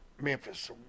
memphis